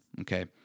okay